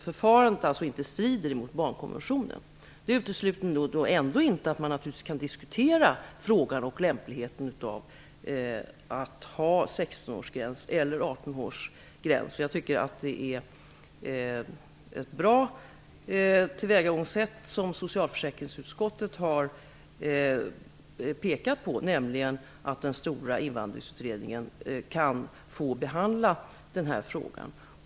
Förfarandet strider inte mot barnkonventionen. Det utesluter naturligtvis inte att man kan diskutera frågan och lämpligheten av att ha en 16 eller 18 Jag tycker att socialförsäkringsutskottet har pekat på ett bra tillvägagångssätt, nämligen att den stora invandringsutredningen kan få behandla den här frågan.